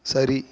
சரி